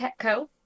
Petco